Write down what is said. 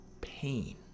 pain